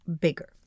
bigger